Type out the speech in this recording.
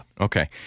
Okay